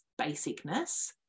basicness